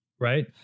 Right